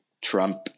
Trump